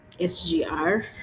sgr